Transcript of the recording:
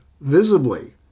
visibly